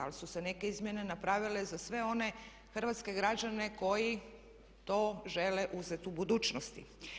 Ali su se neke izmjene napravile za sve one hrvatske građane koji to žele uzeti u budućnosti.